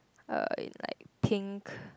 uh like pink